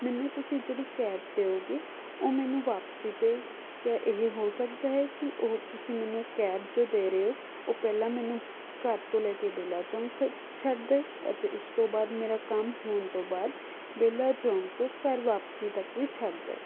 ਮੈਨੂੰ ਤੁਸੀਂ ਜਿਹੜੀ ਕੈਬ ਦਿਓਗੇ ਉਹ ਮੈਨੂੰ ਵਾਪਸੀ 'ਤੇ ਕਿਆ ਇਹ ਹੋ ਸਕਦਾ ਹੈ ਕਿ ਉਹ ਤੁਸੀਂ ਮੈਨੂੰ ਕੈਬ ਜੋ ਦੇ ਰਹੇ ਹੋ ਉਹ ਪਹਿਲਾਂ ਮੈਨੂੰ ਘਰ ਤੋਂ ਲੈ ਕੇ ਬੇਲਾ ਚੌਂਕ ਤੱਕ ਛੱਡ ਦੇਵੇ ਅਤੇ ਉਸ ਤੋਂ ਬਾਅਦ ਮੇਰਾ ਕੰਮ ਹੋਣ ਤੋਂ ਬਾਅਦ ਬੇਲਾ ਚੌਂਕ ਤੋਂ ਘਰ ਵਾਪਸੀ ਤੱਕ ਵੀ ਛੱਡ ਦੇਵੇ